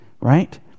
right